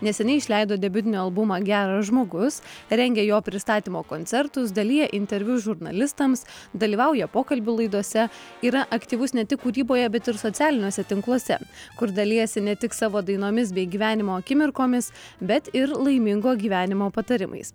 neseniai išleido debiutinį albumą geras žmogus rengia jo pristatymo koncertus dalija interviu žurnalistams dalyvauja pokalbių laidose yra aktyvus ne tik kūryboje bet ir socialiniuose tinkluose kur dalijasi ne tik savo dainomis bei gyvenimo akimirkomis bet ir laimingo gyvenimo patarimais